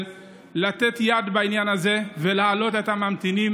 לתת יד בעניין הזה ולהעלות את הממתינים